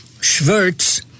Schwartz